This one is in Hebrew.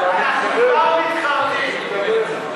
פירוש הדבר שאנחנו מקצצים כ-4 מיליארד שקל בגידול.